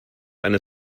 eine